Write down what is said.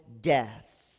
death